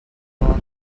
for